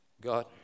God